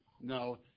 No